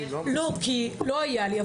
לא, כי לא היה לי.